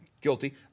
guilty